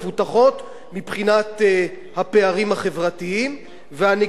מבחינת הפערים החברתיים והנגישות של המוצרים.